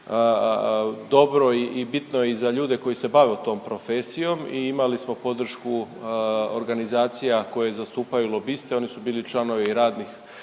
dobro i bitno i za ljude koji se bave tom profesijom i imali smo podršku organizacija koje zastupaju lobiste. Oni su bili i članovi radnih,